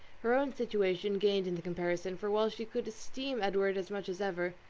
her own situation gained in the comparison for while she could esteem edward as much as ever,